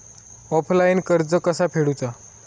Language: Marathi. ऑफलाईन कर्ज कसा फेडूचा?